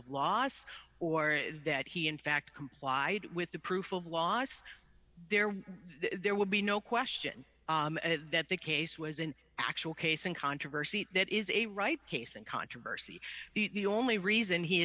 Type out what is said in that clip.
of loss or that he in fact complied with the proof of loss there there would be no question that the case was an actual case and controversy that is a ripe case and controversy the only reason he